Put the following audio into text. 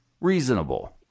Reasonable